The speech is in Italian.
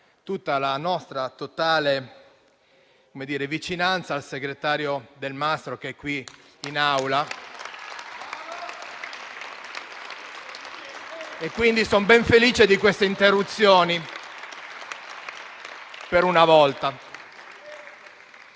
tutta la nostra totale vicinanza al sottosegretario Delmastro che è presente in Aula, quindi sono ben felice di queste interruzioni, per una volta.